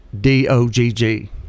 d-o-g-g